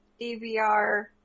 DVR